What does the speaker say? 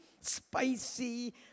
spicy